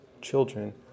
children